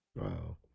Wow